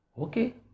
Okay